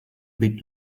bit